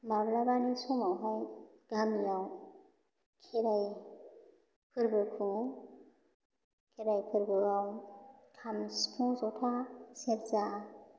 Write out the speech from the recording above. माब्लाबानि समावहाय गामियाव खेराइ फोरबो खुङो खेराइ फोरबोआव खाम सिफुं जथा सेरजा